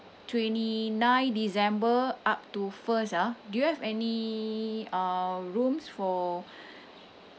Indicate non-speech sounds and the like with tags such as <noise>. twenty nine december up to first ah do you have any ah rooms for <breath>